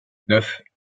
neuf